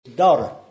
daughter